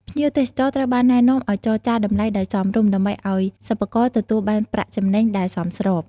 ភ្ញៀវទេសចរត្រូវបានណែនាំឱ្យចរចារ តម្លៃដោយសមរម្យ ដើម្បីឱ្យសិប្បករទទួលបានប្រាក់ចំណេញដែលសមស្រប។